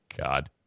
god